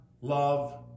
love